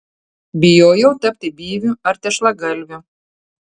bijojau tapti byviu ar tešlagalviu